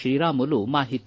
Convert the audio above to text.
ಶ್ರೀರಾಮುಲು ಮಾಹಿತಿ